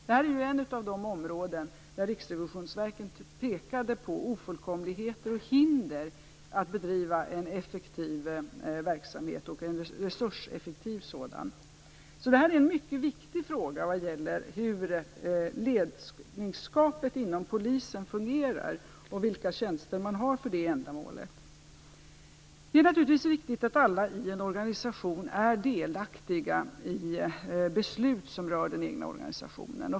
Det var ett av de områden där Riksrevisionsverket pekade på ofullkomligheter och hinder mot att bedriva en effektiv verksamhet, en resurseffektiv verksamhet. Hur ledarskapet inom polisen fungerar, och vilka tjänster man har för det ändamålet, är en mycket viktig fråga. Det är naturligtvis viktigt att alla i en organisation är delaktiga i beslut som rör den egna organisationen.